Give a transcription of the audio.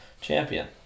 champion